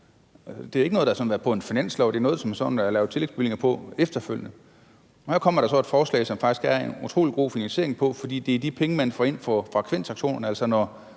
Det er ikke noget, der sådan er på en finanslov; det er noget, der er lavet tillægsbevillinger om efterfølgende. Her kommer der så et forslag, som der faktisk er en utrolig god finansiering af, for det er de penge, man får ind fra frekvensauktionerne. Altså, når